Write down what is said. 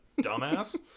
dumbass